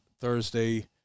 Thursday